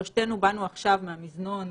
שלושתנו באנו עכשיו מהמזנון,